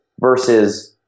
versus